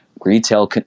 retail